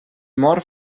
mor